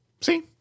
See